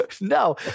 No